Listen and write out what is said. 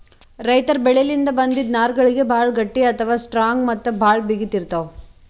ರೈತರ್ ಬೆಳಿಲಿನ್ದ್ ಬಂದಿಂದ್ ನಾರ್ಗಳಿಗ್ ಭಾಳ್ ಗಟ್ಟಿ ಅಥವಾ ಸ್ಟ್ರಾಂಗ್ ಮತ್ತ್ ಭಾಳ್ ಬಿಗಿತ್ ಇರ್ತವ್